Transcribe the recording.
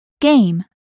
Game